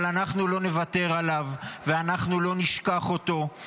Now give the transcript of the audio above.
אבל אנחנו לא נוותר עליו, ואנחנו לא נשכח אותו.